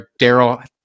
Daryl